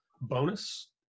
bonus